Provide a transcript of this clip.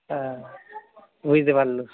হ্যাঁ বুঝতে পারল